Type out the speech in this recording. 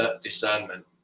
discernment